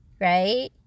right